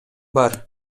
бар